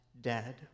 dead